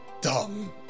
dumb